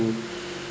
to